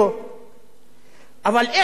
אבל איך מדינה יכולה להתנהל